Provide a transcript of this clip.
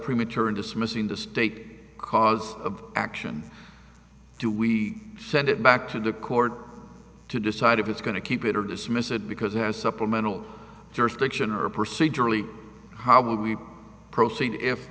premature in dismissing the state cause of action do we send it back to the court to decide if it's going to keep it or dismiss it because it has supplemental jurisdiction or a procedure really how would we proceed if